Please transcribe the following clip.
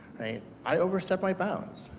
i overstepped my bounds.